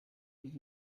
und